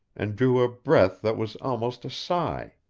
and drew a breath that was almost a sigh.